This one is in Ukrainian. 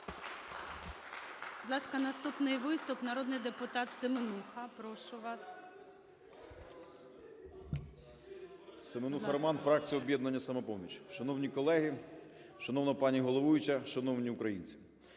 Будь ласка, наступний виступ. Народний депутат Семенуха, прошу вас. 13:13:36 СЕМЕНУХА Р.С. Семенуха Роман, фракція "Об'єднання "Самопоміч". Шановні колеги, шановна пані головуюча, шановні українці!